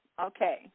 Okay